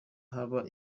haba